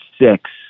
six